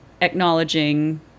acknowledging